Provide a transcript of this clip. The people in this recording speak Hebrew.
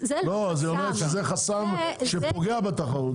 היא אומרת שזה חסם שפוגע בתחרות,